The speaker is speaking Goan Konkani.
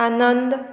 आनंद